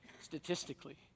statistically